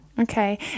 Okay